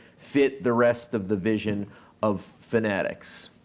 fit the rest of the vision of fanatics?